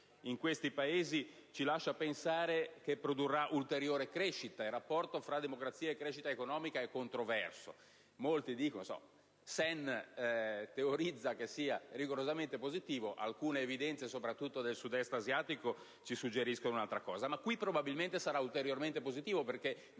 in questi Paesi ci lascia pensare che produrrà ulteriore crescita. Il rapporto fra democrazia e crescita economica è controverso: Amartya Sen teorizza che sia rigorosamente positivo; alcune evidenze, soprattutto del Sud-Est asiatico, ci suggeriscono un'altra cosa; ma nei Paesi di cui parliamo oggi probabilmente sarà ulteriormente positivo, perché